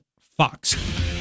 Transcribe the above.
Fox